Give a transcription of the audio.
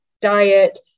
diet